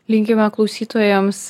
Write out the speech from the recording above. linkime klausytojams